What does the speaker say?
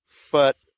but